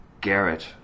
Garrett